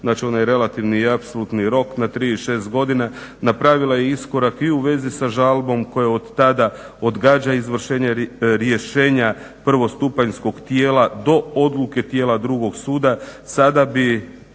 znači onaj relativni i apsolutni rok na 3 i 6 godina, napravila je iskorak i u vezi sa žalbom koja otada odgađa izvršenje rješenja prvostupanjskog tijela do odluke tijela drugog suda. Sada bi